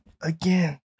again